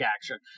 action